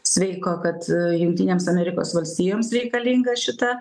sveiko kad jungtinėms amerikos valstijoms reikalinga šita